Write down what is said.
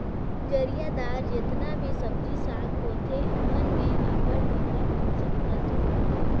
जरियादार जेतना भी सब्जी साग होथे ओमन में अब्बड़ बगरा पोसक तत्व होथे